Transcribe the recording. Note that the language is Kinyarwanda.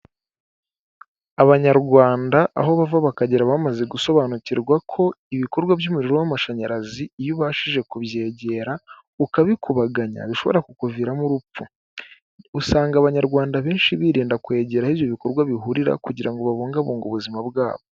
Abanyarwanda aho bava bakagera bamaze gusobanukirwa ko ibikorwa by'umuriro w'amashanyarazi iyo ubashije kubyegera ukabikubaganya bishobora kukuviramo urupfu, usanga abanyarwanda benshi birinda kwegera aho ibikorwa bihurira kugira ngo babungabunge ubuzima bwabo.